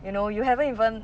you know you haven't even